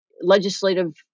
legislative